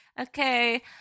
okay